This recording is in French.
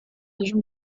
régions